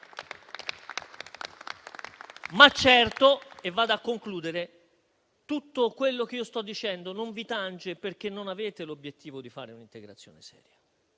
però - e vado a concludere - tutto quello che sto dicendo non vi tange, perché non avete l'obiettivo di fare un'integrazione seria.